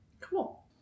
Cool